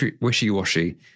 wishy-washy